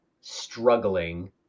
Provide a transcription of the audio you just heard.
struggling